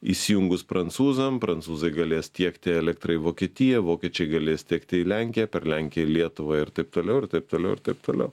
įsijungus prancūzam prancūzai galės tiekti elektrą į vokietiją vokiečiai galės tiekti į lenkiją per lenkiją į lietuvą ir taip toliau ir taip toliau ir taip toliau